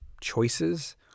choices